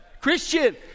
Christian